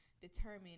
determine